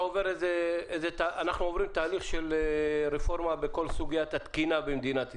מבין שאנחנו עוברים תהליך של רפורמה בכל סוגיית התקינה במדינת ישראל.